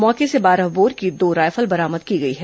मौके से बारह बोर की दो रायफल बरामद की गई है